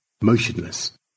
Motionless